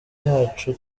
yacu